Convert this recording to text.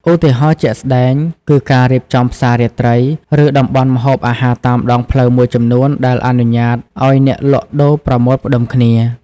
ឧទាហរណ៍ជាក់ស្តែង គឺការរៀបចំផ្សាររាត្រី ឬតំបន់ម្ហូបអាហារតាមដងផ្លូវមួយចំនួន ដែលអនុញ្ញាតឱ្យអ្នកលក់ដូរប្រមូលផ្តុំគ្នា ។